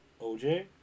OJ